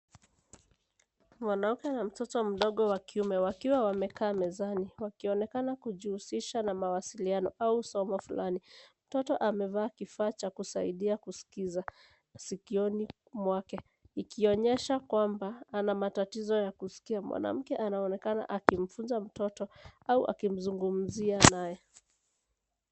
Mwanamke na mtoto mdogo wa kiume wakiwa wamekaa mezani wakionekana kujihusisha na mawasiliano au somo fulani. Mtoto amevaa kifaa cha kusaidia kusikiza sikioni mwake ikionyesha kwamba ana matatizo ya kusikia. Mwanamke anaonekana akimfunza mtoto au akimzungumzia naye.